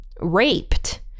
raped